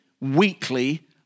weekly